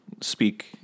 speak